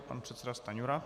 Pan předseda Stanjura.